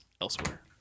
elsewhere